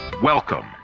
Welcome